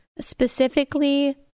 specifically